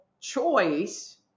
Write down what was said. choice